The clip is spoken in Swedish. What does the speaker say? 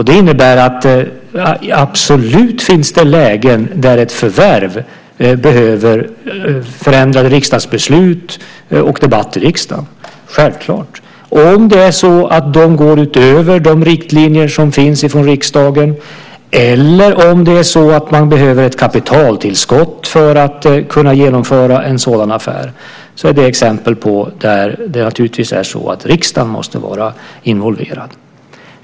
Det innebär att det absolut finns lägen där ett förvärv kräver förändrade riksdagsbeslut och debatt i riksdagen, självklart. Om det går ut över de riktlinjer som finns från riksdagen eller om man behöver ett kapitaltillskott för att kunna genomföra en sådan affär måste naturligtvis riksdagen vara involverad.